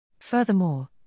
Furthermore